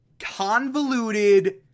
convoluted